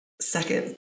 Second